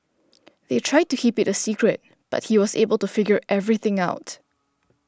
they tried to keep it a secret but he was able to figure everything out